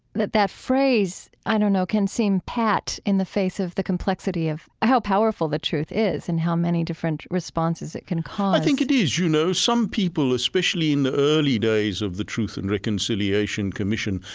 that that phrase i don't know can seem pat in the face of the complexity of how powerful the truth is and how many different responses it can cause i think it is, you know. some people, especially in the early days of the truth and reconciliation commission,